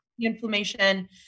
inflammation